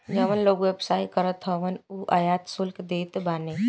जवन लोग व्यवसाय करत हवन उ आयात शुल्क देत बाने